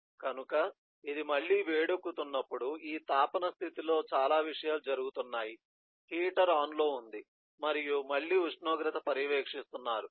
కనుక ఇది మళ్ళీ వేడెక్కుతున్నప్పుడు ఈ తాపన స్థితిలో చాలా విషయాలు జరుగుతున్నాయి హీటర్ ఆన్లో ఉంది మరియు మళ్లీ ఉష్ణోగ్రత పర్యవేక్షిస్తున్నారు